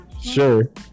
Sure